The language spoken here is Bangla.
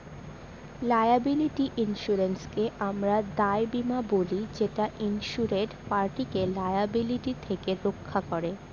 লায়াবিলিটি ইন্সুরেন্সকে আমরা দায় বীমা বলি যেটা ইন্সুরেড পার্টিকে লায়াবিলিটি থেকে রক্ষা করে